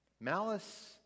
Malice